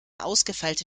ausgefeilte